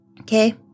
Okay